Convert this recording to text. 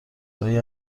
لای